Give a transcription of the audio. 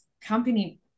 company